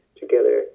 together